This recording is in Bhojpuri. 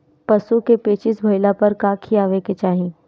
पशु क पेचिश भईला पर का खियावे के चाहीं?